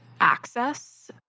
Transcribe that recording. access